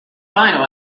final